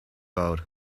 out